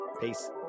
Peace